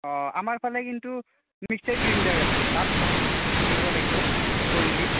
অঁ আমাৰ ফালে কিন্তু মিক্সাৰ গ্ৰিণ্ডাৰ আছে তাত কৰিব লাগিবো কৰিলে